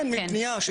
כן, מפנייה.